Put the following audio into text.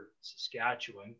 Saskatchewan